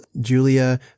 Julia